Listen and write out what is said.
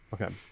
Okay